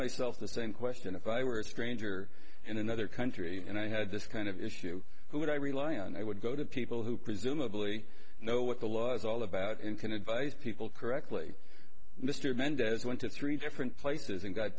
myself the same question if i were a stranger in another country and i had this kind of issue who would i rely on i would go to people who presumably know what the law is all about and can advise people correctly mr mendez went to three different places and got